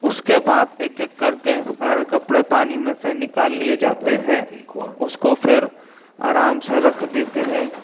उसके बाद एक एक करके सारे कपड़े पानी में से निकाल लिए जाते हैं उसको फिर आराम से रख देते हैं